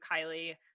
Kylie